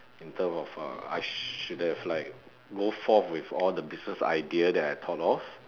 in term of uh I should have like go forth with all the business idea that I thought of